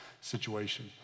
situation